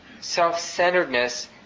self-centeredness